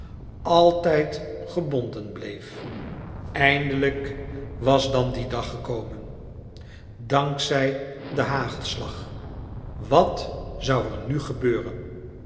altijd gebonden bleef eindelijk was dan die dag gekomen dank zij den hagelslag wat zou er nu gebeuren